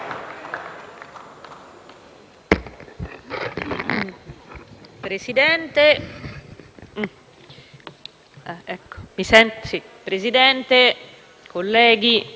Presidente, colleghi, relatore,